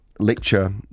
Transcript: lecture